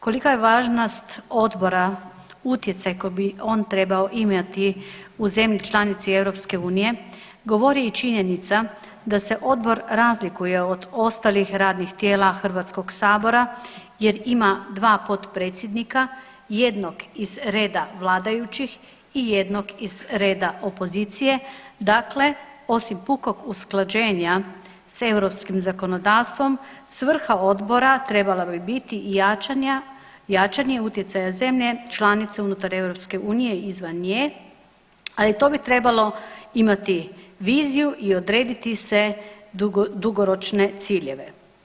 Kolika je važnost odbora, utjecaj koji bi on trebao imati u zemlji članici EU govori i činjenica da se odbor razlikuje od ostalih radnih tijela HS jer ima dva potpredsjednika, jednog iz reda vladajućih i jednog iz reda opozicije, dakle osim pukog usklađenja s europskim zakonodavstvom svrha odbora trebala bi bili jačanje utjecaja zemlje članice unutar EU i izvan nje, ali to bi trebalo imati viziju i odrediti se dugoročne ciljeve.